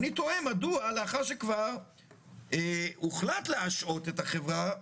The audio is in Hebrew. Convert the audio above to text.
אני תוהה מדוע לאחר שכבר הוחלט להשעות את החברה,